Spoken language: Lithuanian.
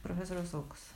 profesoriaus saukos